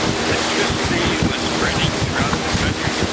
electricity was spreading throughout the country.